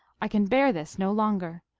i can bear this no longer.